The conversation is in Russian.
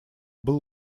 был